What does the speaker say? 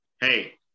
hey